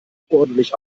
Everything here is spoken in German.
ordentlich